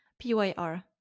PYR